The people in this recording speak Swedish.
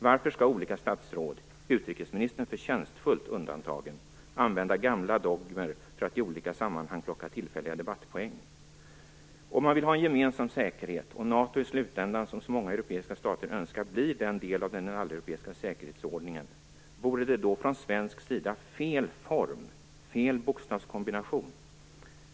Varför skall olika statsråd, utrikesministern förtjänstfullt undantagen, använda gamla dogmer för att i olika sammanhang plocka tillfälliga debattpoäng? Om man vill ha en gemensam säkerhet och om NATO i slutändan, som så många europeiska stater önskar, blir del av den alleuropeiska säkerhetsordningen, vore det då från svensk sida fel form, fel bokstavskombination?